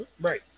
Right